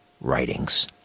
writings